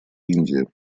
индия